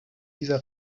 dieser